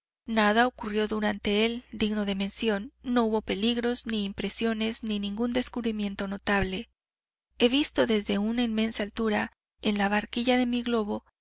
nada ocurrió durante él digno de mención no hubo peligros ni impresiones ni ningún descubrimiento notable he visto desde una inmensa altura en la barquilla de mi globo